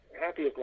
happy